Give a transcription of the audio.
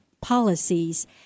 policies